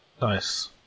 nice